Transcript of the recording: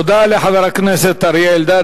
תודה לחבר הכנסת אריה אלדד,